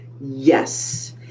yes